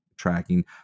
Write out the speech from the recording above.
tracking